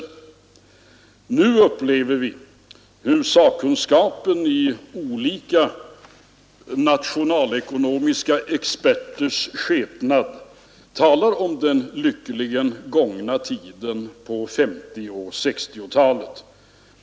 Nu upplever vi hur sakkunskapen i olika nationalekonomiska experters skepnad talar om den lyckligen gångna tiden på 1950 och 119 1960-talen.